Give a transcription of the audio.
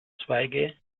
zweige